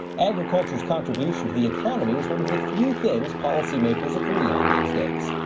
agriculture's contribution to the economy is one of the few things policymakers agree on these days.